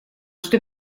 что